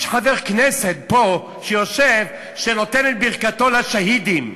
יש חבר כנסת פה שיושב, שנותן את ברכתו לשהידים.